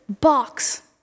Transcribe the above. box